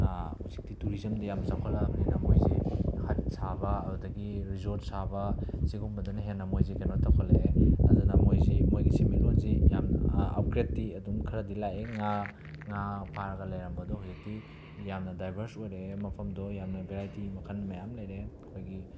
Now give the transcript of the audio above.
ꯍꯧꯖꯤꯛꯇꯤ ꯇꯨꯔꯤꯖꯝꯗ ꯌꯥꯝꯅ ꯆꯥꯎꯈꯠꯂꯛꯑꯕꯅꯤꯅ ꯃꯣꯏꯁꯤ ꯍꯠ ꯁꯥꯕ ꯑꯗꯨꯗꯒꯤ ꯔꯤꯖꯣꯔꯠ ꯁꯥꯕ ꯁꯤꯒꯨꯝꯕꯗꯅ ꯍꯦꯟꯅ ꯃꯣꯏꯁꯦ ꯀꯩꯅꯣ ꯇꯧꯈꯠꯂꯛꯑꯦ ꯑꯗꯨꯅ ꯃꯣꯏꯁꯤ ꯃꯣꯏꯒꯤ ꯁꯦꯟꯃꯤꯠꯂꯣꯟꯁꯤ ꯌꯥꯝꯅ ꯑꯞꯒ꯭ꯔꯦꯠꯇꯤ ꯑꯗꯨꯝ ꯈꯔꯗꯤ ꯂꯥꯛꯑꯦ ꯉꯥ ꯉꯥ ꯐꯥꯔꯒ ꯂꯩꯔꯝꯕꯗꯣ ꯍꯧꯖꯤꯛꯇꯤ ꯌꯥꯝꯅ ꯗꯥꯏꯕꯔꯁ ꯑꯣꯏꯔꯛꯑꯦ ꯃꯐꯝꯗꯣ ꯌꯥꯝꯅ ꯕꯦꯔꯥꯏꯇꯤ ꯃꯈꯜ ꯃꯌꯥꯝ ꯂꯩꯔꯛꯑꯦ ꯑꯩꯈꯣꯏꯒꯤ